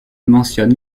mentionne